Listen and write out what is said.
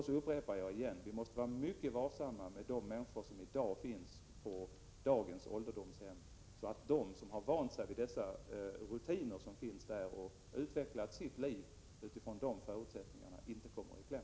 Så upprepar jag igen: Vi måste vara mycket varsamma med de människor som finns på dagens ålderdomshem, så att de som har vant sig vid de rutiner som finns där och utvecklat sitt liv utifrån de förutsättningarna inte kommer i kläm.